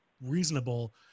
reasonable